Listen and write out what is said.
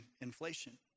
inflation